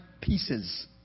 pieces